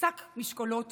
שק משקלות